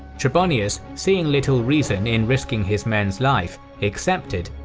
trebonius, seeing little reason in risking his men's life, accepted,